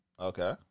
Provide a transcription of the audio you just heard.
Okay